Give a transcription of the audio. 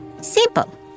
Simple